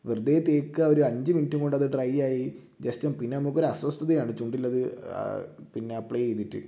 വെറുതെ തേക്കുക ഒരു അഞ്ച് മിനിറ്റും കൊണ്ടത് ഡ്രൈ ആയി ജസ്റ്റും പിന്നെ നമുക്ക് ഒരു അസ്വസ്ഥതയാണ് ചുണ്ടിലത് പിന്നെ അപ്ലൈ ചെയ്തിട്ട്